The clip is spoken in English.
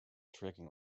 tracking